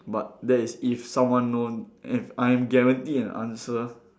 but that is if someone known if I'm guaranteed an answer